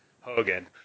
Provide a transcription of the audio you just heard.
Hogan